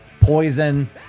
Poison